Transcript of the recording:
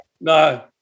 No